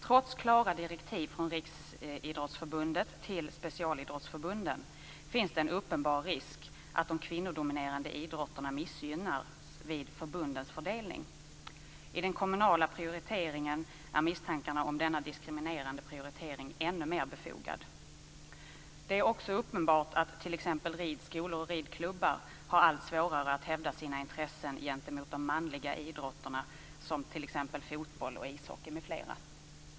Trots klara direktiv från Riksidrottsförbundet till specialidrottsförbunden finns det en uppenbar risk att de kvinnodominerade idrotterna missgynnas vid förbundens fördelning. I den kommunala prioriteringen är misstankarna om denna diskriminerande prioritering ännu mer befogad. Det är också uppenbart att t.ex. ridskolor och ridklubbar har allt svårare att hävda sina intressen gentemot de manliga idrotterna, t.ex. fotboll, ishockey, m.fl.